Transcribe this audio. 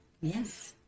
Yes